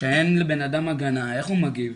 שאין לבן אדם הגנה אי הוא מגיב?